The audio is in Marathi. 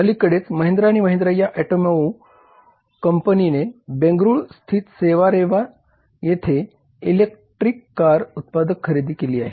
अलीकडेच महिंद्रा आणि महिंद्रा या ऑटोमोटिव्ह कंपनीने बेंगळुरूस्थित रेवा येथे इलेक्ट्रिक कार उत्पादक खरेदी केले आहे